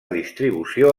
distribució